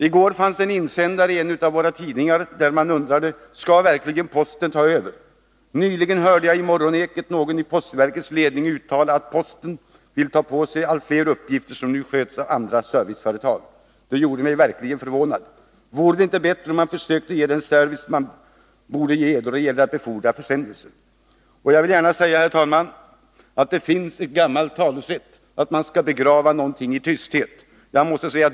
I går fanns det en insändare i en av våra tidningar där man undrade: ”Ska posten ta över?” Insändaren fortsatte: ”Nyligen hörde jag på Morgonekot någon i postverkets ledning uttala sig om att posten vill ta sig an allt fler uppgifter som nu sköts av andra serviceföretag. Det gjorde mig verkligen förvånad. Vore det inte bättre att man försökte ge den service man borde då det gäller att befordra försändelser?” Det finns, herr talman, ett gammalt talesätt som säger att man skall begrava någonting i tysthet.